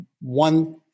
one